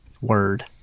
word